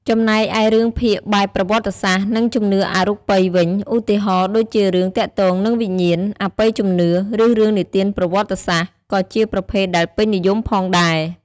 ចំណែកឯរឿងភាគបែបប្រវត្តិសាស្ត្រ និងជំនឿអរូបីវិញ ឧទាហរណ៍ដូចជារឿងទាក់ទងនឹងវិញ្ញាណ អបិយជំនឿ ឬរឿងនិទានប្រវត្តិសាស្ត្រ ក៏ជាប្រភេទដែលពេញនិយមផងដែរ។